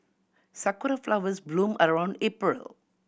sakura flowers bloom around April